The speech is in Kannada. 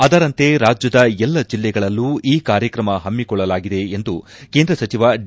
ಅದರಂತೆ ರಾಜ್ಯದ ಎಲ್ಲ ಜಿಲ್ಲೆಗಳಲ್ಲೂ ಈ ಕಾರ್ಯಕ್ರಮ ಪಮ್ಮಿಕೊಳ್ಳಲಾಗಿದೆ ಎಂದು ಕೇಂದ್ರ ಸಚಿವ ಡಿ